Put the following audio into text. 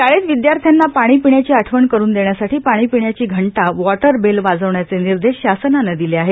शाळेत विदयार्थ्यांना पाणी पिण्याची आठवण करून देण्यासाठी पाणी पिण्याची घंटा वॉटरबेल वाजवण्याचे निर्देश शासनानं दिले आहेत